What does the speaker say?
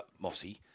Mossy